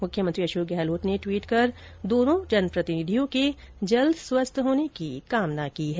मुख्यमंत्री अशोक गहलोत ने ट्वीट कर दोनों जनप्रतिनिधियों के जल्द स्वस्थ होने की कामना की है